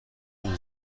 اون